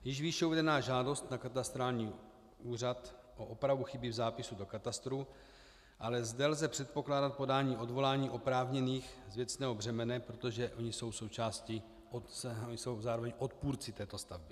Již výše uvedená žádost na katastrální úřad o opravu chyby zápisu do katastru, ale zde lze předpokládat podání odvolání oprávněných z věcného břemene, protože oni jsou součástí a jsou zároveň odpůrci této stavby.